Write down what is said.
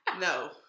no